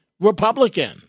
Republican